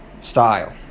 style